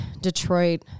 Detroit